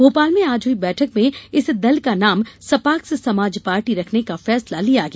भोपाल में आज हुई बैठक में इस दल का नाम सपाक्स समाज पार्टी रखने का फैसला लिया गया